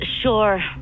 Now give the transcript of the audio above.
Sure